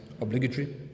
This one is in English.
obligatory